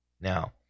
Now